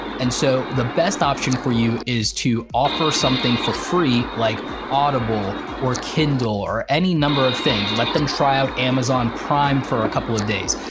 and so the best option for you is to offer something for free, like audible, or kindle, or any number of things, let them try out amazon prime for a couple of days,